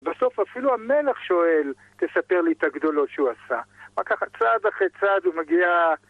בסוף אפילו המלך שואל, תספר לי את הגדולות שהוא עשה. רק ככה צעד אחרי צעד הוא מגיע...